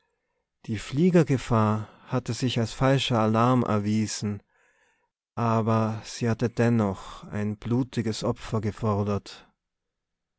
die fliegergefahr hatte sich als falscher alarm erwiesen aber sie hatte dennoch ein blutiges opfer gefordert